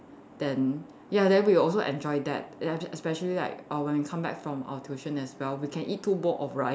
then ya then we also enjoyed that ya after especially like uh when we come back from our tuition as well we can eat two bowl of rice